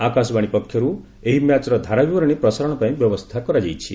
ଆକାଶବାଣୀ ପକ୍ଷର୍ ଏହି ମ୍ୟାଚର ଧାରା ବିବରଣୀ ପ୍ରସାରଣ ପାଇଁ ବ୍ୟବସ୍ଥା କରାଯାଇଛି